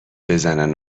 بزنن